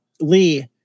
Lee